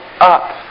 up